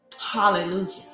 Hallelujah